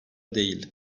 değil